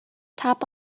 tap